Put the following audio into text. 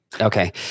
Okay